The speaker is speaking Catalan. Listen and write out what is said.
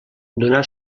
donà